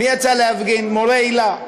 מורי היל"ה.